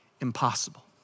impossible